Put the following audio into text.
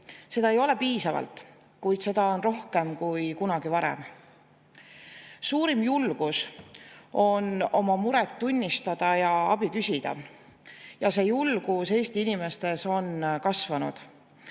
Seda ei ole piisavalt, kuid seda on rohkem kui kunagi varem. Suurim julgus on oma muret tunnistada ja abi küsida. Ja see julgus Eesti inimestes on kasvanud.